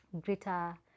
greater